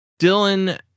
Dylan